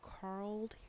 Carl